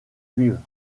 juives